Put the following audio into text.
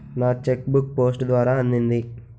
నా cheque book post ద్వారా అందింది